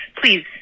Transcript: Please